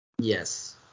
yes